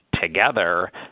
together